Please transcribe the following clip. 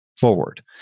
forward